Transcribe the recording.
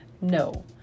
no